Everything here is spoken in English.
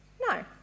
No